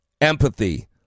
empathy